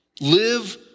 Live